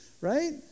Right